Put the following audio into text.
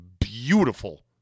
beautiful